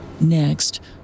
Next